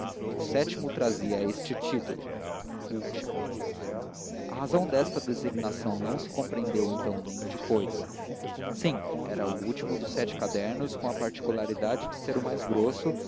o sétimo trazia este título último a razão desta designação especial não se compreendeu então nem depois sim era o último dos sete cadernos com a particularidade de ser o mais grosso